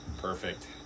perfect